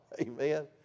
Amen